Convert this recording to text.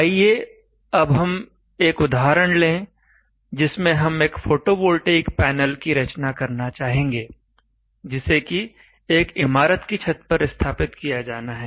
आइए अब हम एक उदाहरण लें जिसमें हम एक फोटोवोल्टेइक पैनल की रचना करना चाहेंगे जिसे कि एक इमारत की छत पर स्थापित किया जाना है